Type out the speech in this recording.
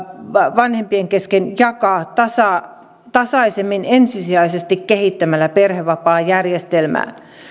vanhempien kesken jakaa tasaisemmin ensisijaisesti kehittämällä perhevapaajärjestelmää